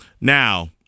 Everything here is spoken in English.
Now